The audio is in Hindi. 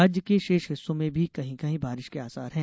राज्य के शेष हिस्सों में भी कहीं कहीं बारिश के आसार है